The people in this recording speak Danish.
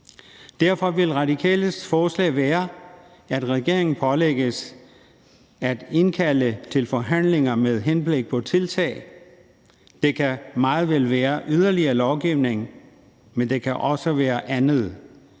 Derfor vil Radikales forslag være, at regeringen pålægges at indkalde til forhandlinger med henblik på tiltag. Det kan meget vel være yderligere lovgivning, men det kan også være andet.